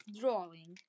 drawing